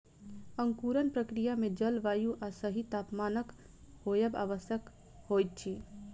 अंकुरण क्रिया मे जल, वायु आ सही तापमानक होयब आवश्यक होइत अछि